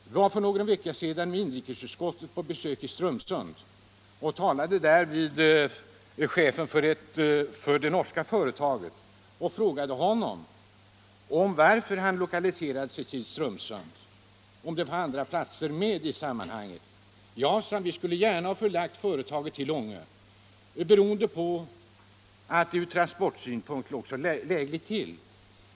Jag var för några veckor sedan med inrikesutskottet på besök i Strömsund och talade där med chefen för det norska företaget och frågade honom varför han lokaliserade sig till Strömsund - om det var andra platser med i sammanhanget. ”Ja,” sade han, ”vi skulle gärna ha förlagt företaget till Ånge beroende på att den orten ur transportsynpunkt låg så lämpligt till.